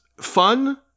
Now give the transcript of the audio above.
fun